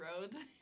roads